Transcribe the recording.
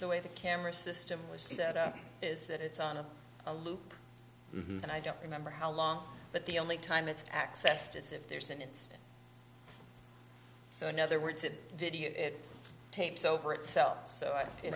the way the camera system was set up is that it's on a loop and i don't remember how long but the only time it's accessed is if there's an instant so in other words it video tapes over itself so i